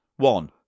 One